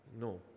No